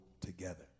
together